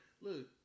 Look